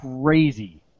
crazy